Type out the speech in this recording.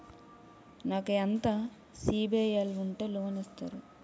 నాకు ఎంత సిబిఐఎల్ ఉంటే లోన్ ఇస్తారు?